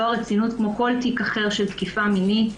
הרצינות כמו כל תיק אחר של תקיפה מינית.